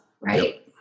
right